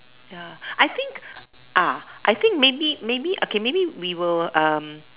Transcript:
ya I think ah I think maybe maybe okay maybe we will um